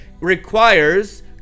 requires